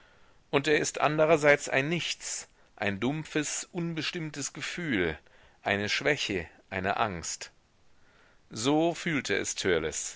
und er ist andrerseits ein nichts ein dumpfes unbestimmtes gefühl eine schwäche eine angst so fühlte es